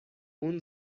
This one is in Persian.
اون